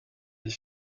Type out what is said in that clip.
des